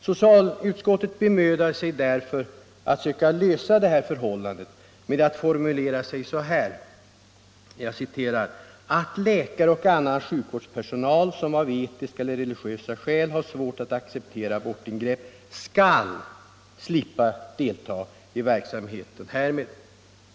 Socialutskottet bemödade sig därför att lösa detta problem och formulerade sig så här: ”att läkare och annan sjukvårdspersonal som av etiska eller religiösa skäl har svårt att acceptera abortingrepp, skall slippa delta i verksamheten härmed”.